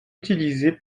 utilisée